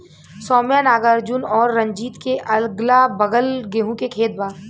सौम्या नागार्जुन और रंजीत के अगलाबगल गेंहू के खेत बा